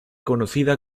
conocida